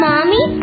Mommy